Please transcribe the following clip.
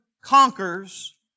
conquers